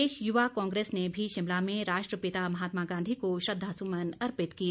प्रदेश युवा कांग्रेस ने भी शिमला में राष्ट्रपिता महात्मा गांधी को श्रद्वासुमन अर्पित किए